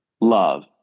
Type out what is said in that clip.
Love